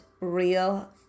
real